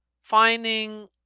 finding